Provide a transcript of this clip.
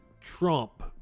Trump